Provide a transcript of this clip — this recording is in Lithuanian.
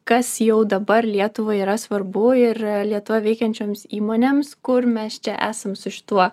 kas jau dabar lietuvai yra svarbu ir lietuvoje veikiančioms įmonėms kur mes čia esam su šituo